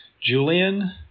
julian